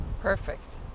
Perfect